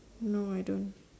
no I don't